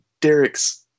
Derek's